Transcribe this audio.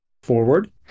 forward